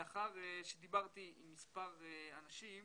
לאחר שדיברתי עם מספר אנשים